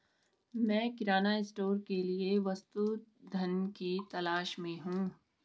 मैं किराना स्टोर के लिए वस्तु धन की तलाश में हूं